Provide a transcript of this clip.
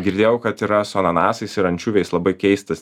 girdėjau kad yra su ananasais ir ančiuviais labai keistas